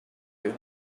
you